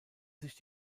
sich